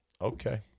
okay